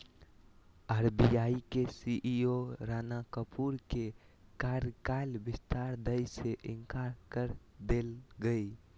RBI के CEO Rana Kapoor के कार्यकाल विस्तार दय से इंकार कर देलकय